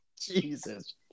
Jesus